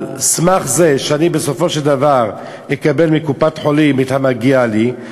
על סמך זה שאני בסופו של דבר אקבל מקופת-חולים את המגיע לי.